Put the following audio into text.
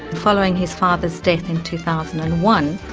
following his father's death in two thousand and one,